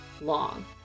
long